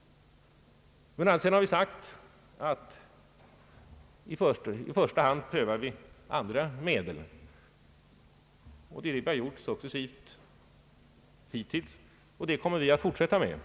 Men å andra sidan har vi sagt att vi i första hand skall pröva andra medel, vilket vi också gjort successivt hittills och kommer att fortsätta att göra.